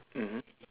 mmhmm